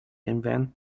invent